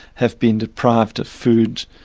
have been deprived of food,